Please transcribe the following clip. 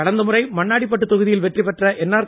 கடந்தமுறைமண்ணாடிப்பட்டுதொகுதியில்வெற்றிபெற்றஎன்ஆர்